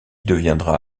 deviendra